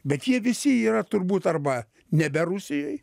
bet jie visi yra turbūt arba nebe rusijoj